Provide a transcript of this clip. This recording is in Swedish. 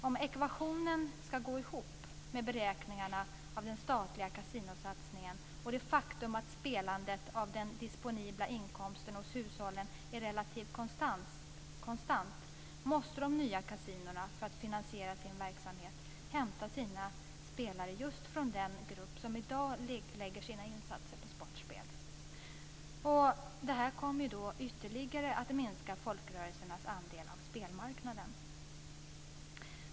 Om ekvationen ska gå ihop med beräkningarna av den statliga kasinosatsningen och det faktum att spelandet av den disponibla inkomsten hos hushållen är relativt konstant måste de nya kasinona för att finansiera sin verksamhet hämta sina spelare just från den grupp som i dag lägger sina insatser på sportspel. Detta kommer då ytterligare att minska folkrörelsernas andel av spelmarknaden.